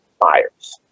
buyers